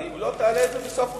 ואם לא, תעלה את זה בסוף דברי.